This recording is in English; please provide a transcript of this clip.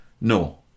No